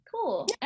cool